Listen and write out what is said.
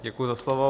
Děkuji za slovo.